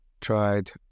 tried